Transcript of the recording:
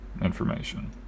information